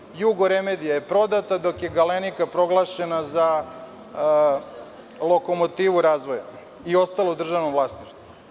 Prodata je „Jugoremedija“ dok je „Galenika“ proglašena za lokomotivu razvoja i ostala u državnom vlasništvu.